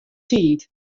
tiid